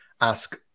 ask